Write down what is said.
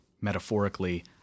metaphorically